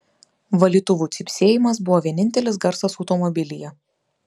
valytuvų cypsėjimas buvo vienintelis garsas automobilyje